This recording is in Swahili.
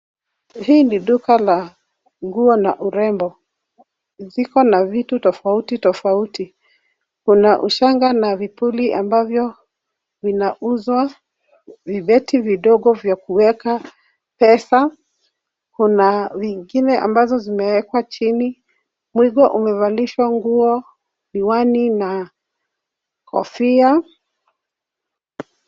Hii ni duka la nguo na urembo. Ziko na vitu tofauti, tofauti. Kuna ushanga na vipuli ambavyo vinauzwa, vibeti vidogo vya kuweka pesa. Kuna zingine ambazo zimewekwa chini, muigo umevalishwa nguo, miwani na kofia.